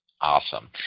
Awesome